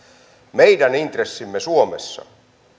meidän intressimme suomessa